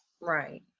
Right